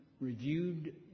reviewed